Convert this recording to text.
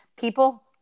People